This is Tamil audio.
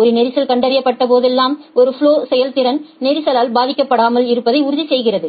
ஒரு நெரிசல் கண்டறியப்பட்ட போதெல்லாம் ஒரு ஃபலொ செயல்திறன் நெரிசலால் பாதிக்கப்படாமல் இருப்பதை உறுதிசெய்கிறது